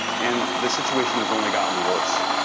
and the situation has only gotten worse.